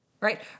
Right